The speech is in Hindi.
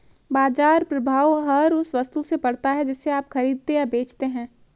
बाज़ार प्रभाव हर उस वस्तु से पड़ता है जिसे आप खरीदते या बेचते हैं